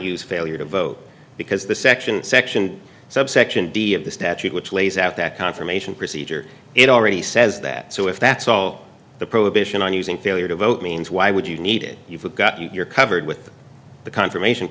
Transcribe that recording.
use failure to vote because the section section subsection d of the statute which lays out that confirmation procedure it already says that so if that's all the prohibition on using failure to vote means why would you need it you forgot you're covered with the confirmation